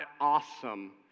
awesome